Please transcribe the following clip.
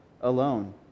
alone